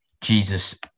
Jesus